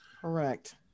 Correct